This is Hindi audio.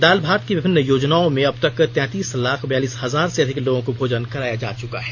दाल भात की विभिन्न योजनाओं में अब तक तैंतीस लाख बयालीस हजार से अधिक लोगों को भोजन कराया जा चुका है